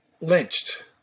lynched